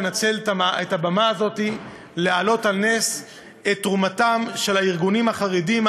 לנצל את הבמה הזאת ולהעלות על נס את תרומתם של הארגונים החרדיים,